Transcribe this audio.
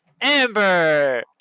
Amber